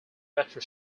metro